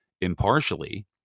impartially